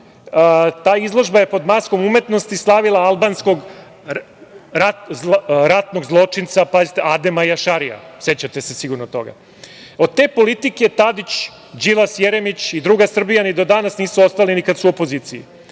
Ta izložba je pod maskom umetnosti slavila albanskog ratnog zločinca, pazite, Adema Jašarija. Sećate se sigurno toga. Od te politike Tadić, Đilas, Jeremić i druga Srbija ni do danas nisu ostali ni kad su u opoziciji.